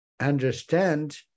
understand